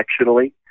directionally